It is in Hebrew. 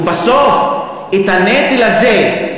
ובסוף הנטל הזה,